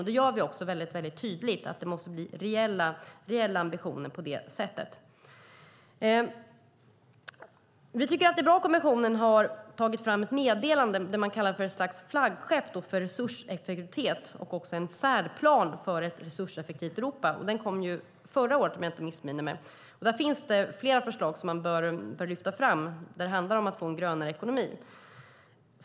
Det gör vi också väldigt tydligt. Det måste vara reella ambitioner. Det är bra att kommissionen har tagit fram ett meddelande som man kallar för ett flaggskepp för resurseffektivitet och en färdplan för ett resurseffektivt Europa. Den kom förra året. Där finns det flera förslag som man bör lyfta fram när det handlar om att få en grönare ekonomi.